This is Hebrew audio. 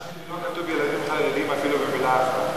בהצעה שלי לא מוזכרים ילדים חרדים אפילו במלה אחת.